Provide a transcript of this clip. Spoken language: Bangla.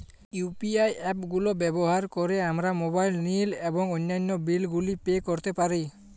ইউ.পি.আই অ্যাপ গুলো ব্যবহার করে আমরা মোবাইল নিল এবং অন্যান্য বিল গুলি পে করতে পারি